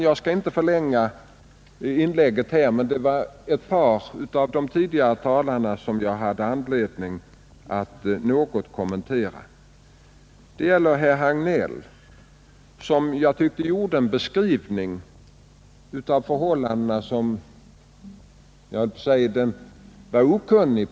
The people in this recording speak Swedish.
Jag skall inte mycket förlänga mitt inlägg, men det är ett par av de tidigare anförandena som jag har anledning att något kommentera. Herr Hagnell gav en beskrivning av förhållandena som på sitt sätt var okunnig.